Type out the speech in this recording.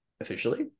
officially